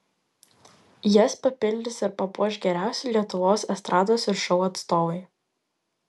jas papildys ir papuoš geriausi lietuvos estrados ir šou atstovai